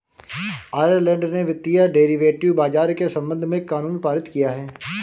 Ireland ने वित्तीय derivative बाजार के संबंध में कानून पारित किया है